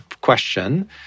question